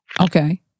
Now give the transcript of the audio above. Okay